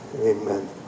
amen